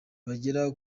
bagera